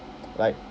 like